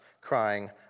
crying